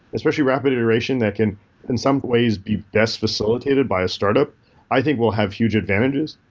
specially rapid iteration that can and some ways be best facilitate by a startup i think will have huge advantages.